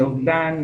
מאובדן,